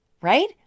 right